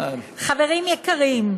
חברים יקרים,